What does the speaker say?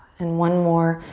and one more,